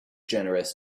generous